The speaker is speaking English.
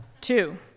Two